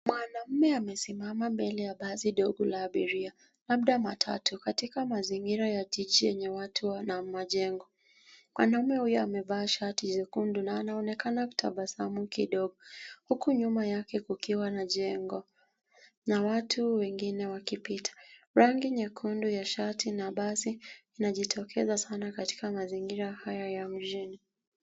Mwanaume amesimama mbele ya basi dogo la abiria labda matatu katika mazingira ya jiji yenye watu na majengo. Mwanaume huyu amevaa shati jekundu na anaonekana kutabasamu kidogo huku nyuma yake kukiwa na jengo na watu wengine wakipita. Rangi nyekundu ya shati na basi inajitokeza sana katika mazingira haya ya mjini.